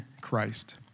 Christ